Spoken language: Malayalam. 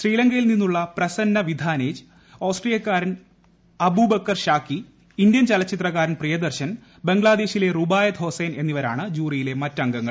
ശ്രീലങ്കയിൽ നിന്നുള്ള പ്രസന്ന വിധാനേജ് ഓസ്ട്രിയക്കാരൻ അബുബക്കർ ഷാകി ഇന്ത്യൻ ചലച്ചിത്രകാരൻ പ്രിയദർശൻ ബംഗ്ലാദേശിലെ റുബായത്ത് ഹൊസൈൻ എന്നിവരാണ് ജൂറിയിലെ മറ്റ് അംഗങ്ങൾ